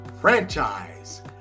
franchise